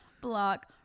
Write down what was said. block